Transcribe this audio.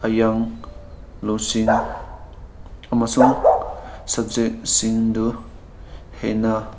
ꯒ꯭ꯌꯥꯟ ꯂꯧꯁꯤꯡ ꯑꯃꯁꯨꯡ ꯁꯕꯖꯦꯛꯁꯤꯡꯗꯨ ꯍꯦꯟꯅ